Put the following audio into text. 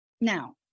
Now